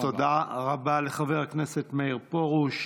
תודה רבה לחבר הכנסת מאיר פרוש.